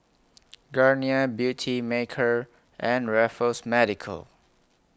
Garnier Beautymaker and Raffles Medical